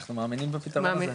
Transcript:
אנחנו מאמינים בפתרון הזה,